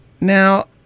Now